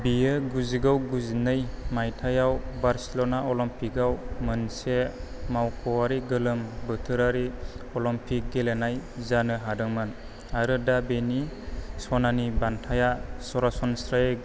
बियो गुजिगौ गुजिनै मायथाइआव बार्सिलना अलिम्पिकआव मोनसे मावख'आरि गोलोम बोथोरारि अलिम्पिक गेलेनाय जानो हादोंमोन आरो दा बेनि सनानि बान्थाया सरासनस्रायै